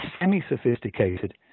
semi-sophisticated